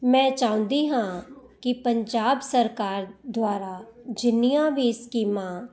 ਮੈਂ ਚਾਹੁੰਦੀ ਹਾਂ ਕਿ ਪੰਜਾਬ ਸਰਕਾਰ ਦੁਆਰਾ ਜਿੰਨੀਆਂ ਵੀ ਸਕੀਮਾਂ